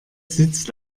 sitzt